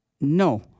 No